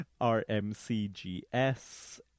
rmcgs